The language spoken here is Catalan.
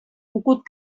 cucut